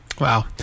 Wow